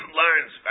learns